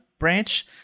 branch